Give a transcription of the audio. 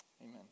Amen